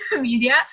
media